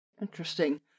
Interesting